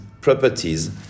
properties